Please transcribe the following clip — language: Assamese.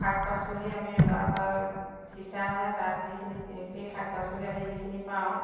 শাক পাচলি আমি ৰোৱা বা সিঁচা হয় তাত যিখিনি সেই শাক পাচলি আমি যিখিনি পাওঁ